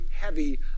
heavy